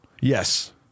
Yes